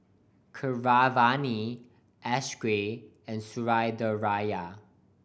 Keeravani Akshay and Sundaraiah